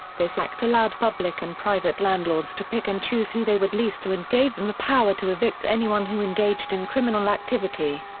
this act allowed public and private landlords to pick and choose who they would lease to and gave them the power to evict anyone who engaged in criminal activity.